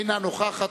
אינה נוכחת,